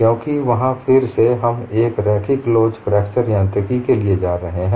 क्योंकि वहाँ फिर से हम एक रैखिक लोच फ्रैक्चर यांत्रिकी के लिए जा रहे हैं